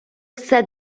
все